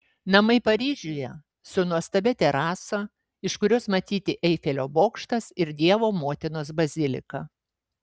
namai paryžiuje su nuostabia terasa iš kurios matyti eifelio bokštas ir dievo motinos bazilika